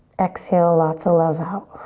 exhale lots of love out.